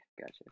gotcha